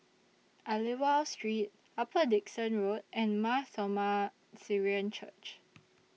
Aliwal Street Upper Dickson Road and Mar Thoma Syrian Church